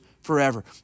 forever